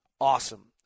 awesome